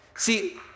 See